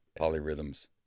polyrhythms